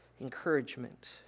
encouragement